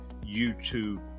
YouTube